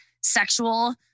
sexual